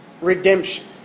redemption